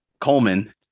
Coleman